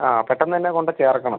ആ പെട്ടെന്നുതന്നെ കൊണ്ട് ചേർക്കണം